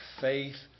faith